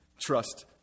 trust